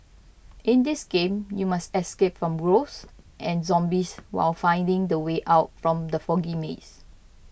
in this game you must escape from ghosts and zombies while finding the way out from the foggy maze